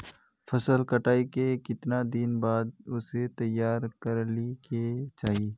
फसल कटाई के कीतना दिन बाद उसे तैयार कर ली के चाहिए?